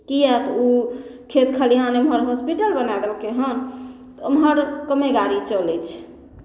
किएक तऽ ओ खेत खलिहान एम्हर हॉस्पिटल बना देलकै हन तऽ ओम्हर कमे गाड़ी चलै छै